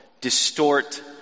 distort